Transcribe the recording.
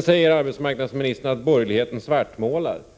Arbetsmarknadsministern säger att borgerligheten svartmålar.